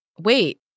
wait